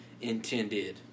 intended